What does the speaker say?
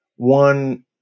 one